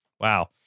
Wow